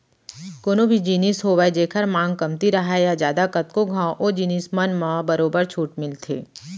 कोनो भी जिनिस होवय जेखर मांग कमती राहय या जादा कतको घंव ओ जिनिस मन म बरोबर छूट मिलथे